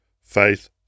faith